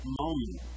moment